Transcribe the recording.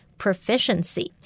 proficiency